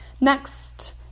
Next